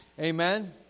Amen